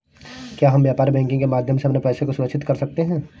क्या हम व्यापार बैंकिंग के माध्यम से अपने पैसे को सुरक्षित कर सकते हैं?